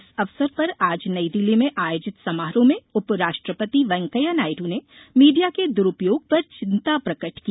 इस अवसर पर आज नई दिल्ली में आयोजित समारोह में उपराष्ट्रपति वेंकैया नायड ने मीडिया के द्रूपयोग पर चिंता प्रकट की